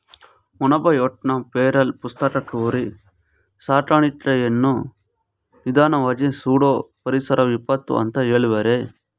ಮೊನ್ಬಯೋಟ್ನ feral ಪುಸ್ತಕ ಕುರಿ ಸಾಕಾಣಿಕೆಯನ್ನು ನಿಧಾನ್ವಾಗಿ ಸುಡೋ ಪರಿಸರ ವಿಪತ್ತು ಅಂತ ಹೆಳವ್ರೆ